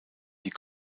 die